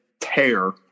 tear